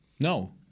No